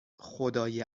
خدای